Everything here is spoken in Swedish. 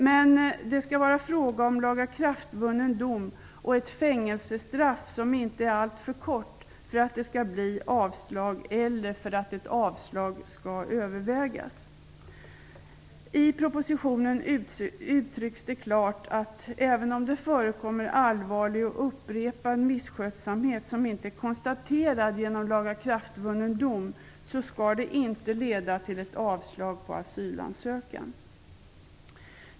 Men det skall vara fråga om lagakraftvunnen dom och ett fängelsestraff som inte är alltför kort för att det skall bli avslag eller för att ett avslag skall övervägas. I propositionen uttrycks det klart att även om det förekommer allvarlig och upprepad misskötsamhet som inte är konstaterad genom lagakraftvunnen dom, så skall inte det leda till ett avslag på asylansökan.